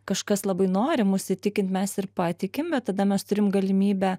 kažkas labai nori mus įtikint mes ir patikim tada mes turim galimybę